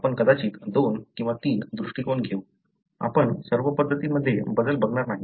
आपण कदाचित दोन किंवा तीन दृष्टिकोन घेऊ आपण सर्व पद्धतीं बद्दल बघणार नाही